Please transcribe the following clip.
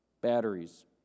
batteries